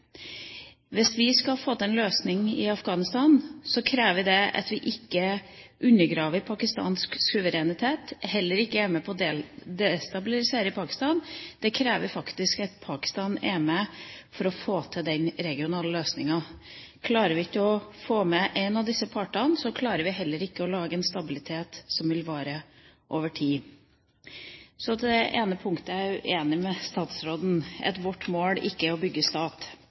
Hvis vi skal få til en løsning i Afghanistan, krever det at vi ikke undergraver pakistansk suverenitet, og heller ikke er med på å destabilisere i Pakistan. Det kreves faktisk at Pakistan er med, for å få til den regionale løsningen. Klarer vi ikke å få med en av disse partene, klarer vi heller ikke å få til en stabilitet som vil vare over tid. Så til det ene punktet hvor jeg er uenig med statsråden, at vårt mål ikke er å bygge stat.